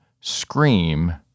scream